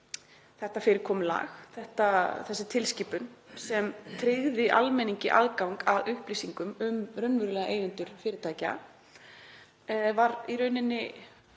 þetta fyrirkomulag, þessi tilskipun sem tryggði almenningi aðgang að upplýsingum um raunverulega eigendur fyrirtækja, væri í rauninni